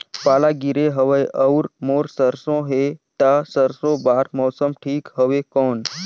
पाला गिरे हवय अउर मोर सरसो हे ता सरसो बार मौसम ठीक हवे कौन?